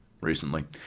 recently